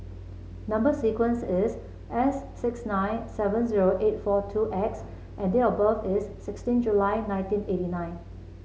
number sequence is S six nine seven zero eight four two X and date of birth is sixteen July nineteen eighty nine